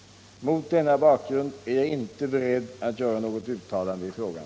Mot denna bakgrund är jag inte beredd att göra något uttalande i frågan.